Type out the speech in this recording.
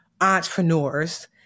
entrepreneurs